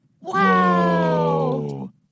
Wow